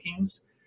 rankings